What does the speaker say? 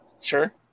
Sure